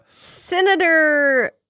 Senator